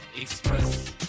Express